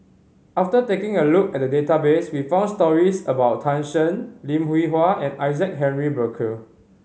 after taking a look at the database we found stories about Tan Shen Lim Hwee Hua and Isaac Henry Burkill